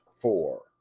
four